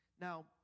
Now